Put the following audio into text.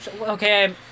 Okay